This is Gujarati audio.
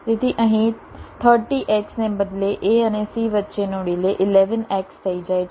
તેથી અહીં 30X ને બદલે A અને C વચ્ચેનો ડિલે 11X થઈ જાય છે